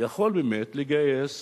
הוא יכול באמת לגייס